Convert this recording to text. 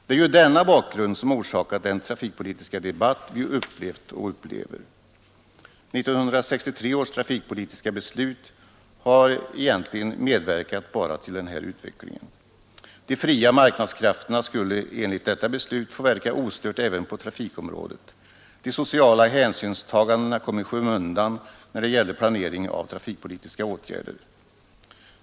Det är ju denna bakgrund som orsakat den trafikpolitiska debatt vi upplevt och upplever. 1963 års trafikpolitiska beslut har egentligen bara medverkat till den här utvecklingen. De fria marknadskrafterna skulle enligt detta beslut få verka ostört även på trafikens område, de sociala hänsynstagandena kom i skymundan när det gällde planering av trafikpolitiska åtgärder.